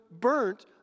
burnt